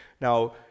Now